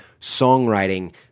songwriting